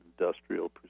industrial